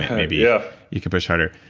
maybe yeah you could push harder.